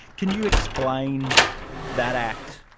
can you explain that act,